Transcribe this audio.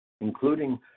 including